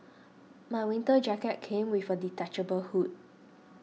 my winter jacket came with a detachable hood